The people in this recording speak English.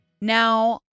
Now